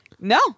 No